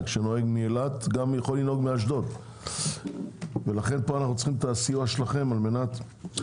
מאילת יכול לנהוג מאשדוד ולכן פה אנו צריכים את הסיוע שלכם כדי